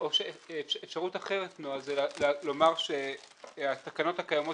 אפשרות אחרת היא לומר שהתקנות הקיימות